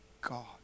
God